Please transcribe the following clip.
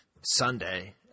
Sunday